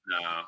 No